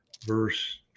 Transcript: verse